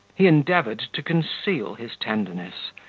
he endeavoured to conceal his tenderness,